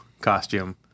costume